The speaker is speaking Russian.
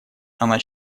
она